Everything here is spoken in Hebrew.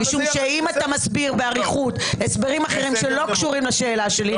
משום שאם אתה מסביר באריכות הסברים אחרים שלא קשורים לשאלה שלי,